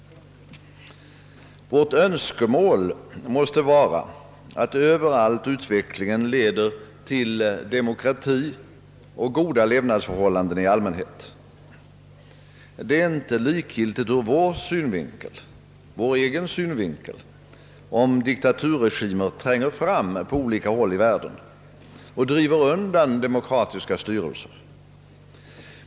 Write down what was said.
Vårt önskemål måste vara att överallt utvecklingen leder till demokrati och goda levnadsförhållanden i allmänhet. Det är inte likgiltigt ur vår egen synvinkel, om <diktaturregimer tränger fram på olika håll i världen och driver undan demokratiska styrelsesätt.